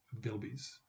bilbies